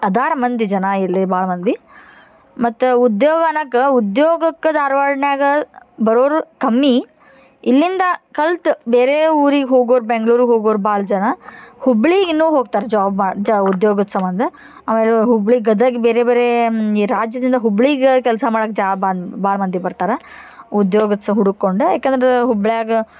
ಅದಾರ ಮಂದಿ ಜನ ಇಲ್ಲಿ ಭಾಳ ಮಂದಿ ಮತ್ ಉದ್ಯೋಗ ಅನ್ನಾಕ ಉದ್ಯೋಗಕ್ಕೆ ಧಾರ್ವಾಡ್ನ್ಯಾಗ ಬರೋರು ಕಮ್ಮಿ ಇಲ್ಲಿಂದ ಕಲ್ತು ಬೇರೆ ಊರಿಗೆ ಹೋಗೋರು ಬೆಂಗ್ಳೂರಿಗೆ ಹೋಗೋರು ಭಾಳ ಜನ ಹುಬ್ಳಿಗೆ ಇನ್ನು ಹೋಗ್ತಾರೆ ಜಾಬ್ ಮಾಡಿ ಜ ಉದ್ಯೋಗದ ಸಂಬಂಧ ಹುಬ್ಳಿ ಗದಗ ಬೇರೆ ಬೇರೆ ಈ ರಾಜ್ಯದಿಂದ ಹುಬ್ಳಿಗೆ ಕೆಲಸ ಮಾಡಕ್ಕೆ ಜಾಬ್ ಅಂತ ಭಾಳ ಮಂದಿ ಬರ್ತಾರ ಉದ್ಯೋಗಸ್ ಹುಡುಕೊಂಡ ಯಾಕಂದ್ರೆ ಹುಬ್ಳ್ಯಾಗ